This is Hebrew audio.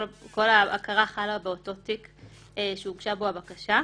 כל ההכרה חלה באותו תיק, שהוגשה בו הבקשה.